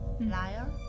Liar